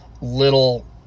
little